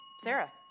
Sarah